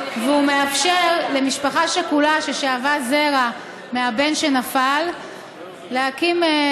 והוא מאפשר למשפחה שכולה ששאבה זרע מהבן שנפל להקים,